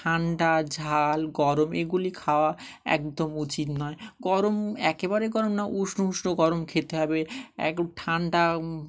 ঠান্ডা ঝাল গরম এগুলি খাওয়া একদম উচিত নয় গরম একেবারে গরম না উষ্ণ উষ্ণ গরম খেতে হবে এক ঠান্ডা